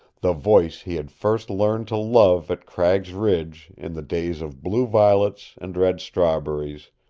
the voice he had first learned to love at cragg's ridge in the days of blue violets and red strawberries,